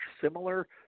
similar